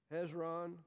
Hezron